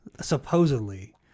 supposedly